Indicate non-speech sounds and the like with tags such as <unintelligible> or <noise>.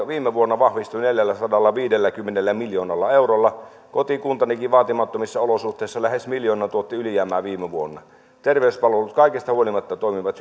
<unintelligible> viime vuonna neljälläsadallaviidelläkymmenellä miljoonalla eurolla kotikuntanikin tuotti vaatimattomissa olosuhteissa lähes miljoonan ylijäämää viime vuonna terveyspalvelut kaikesta huolimatta toimivat <unintelligible>